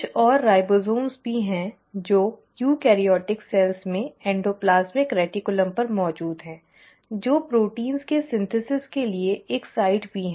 कुछ और राइबोसोम भी हैं जो यूकेरियोटिक कोशिकाओं में एंडोप्लाज्मिक रेटिकुलम पर मौजूद हैं जो प्रोटीन के संश्लेषण के लिए एक साइट भी हैं